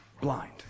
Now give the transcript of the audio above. blind